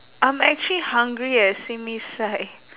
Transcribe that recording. I'm actually hungry eh simi sai